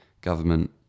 government